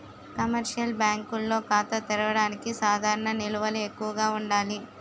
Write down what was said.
commercial బ్యాంకుల్లో ఖాతా తెరవడానికి సాధారణ నిల్వలు ఎక్కువగా ఉండాలి